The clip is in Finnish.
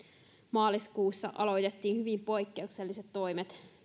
maaliskuussa aloitettiin hyvin poikkeukselliset toimet